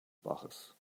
baches